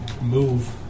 move